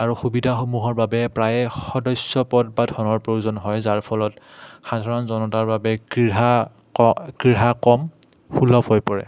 আৰু সুবিধাসমূহৰ বাবে প্ৰায়ে সদস্য পদ বা ধনৰ প্ৰয়োজন হয় যাৰ ফলত সাধাৰণ জনতাৰ বাবে ক্ৰীড়া ক ক্ৰীড়া কম সুলভ হৈ পৰে